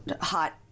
hot